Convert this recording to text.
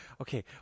Okay